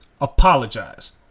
apologize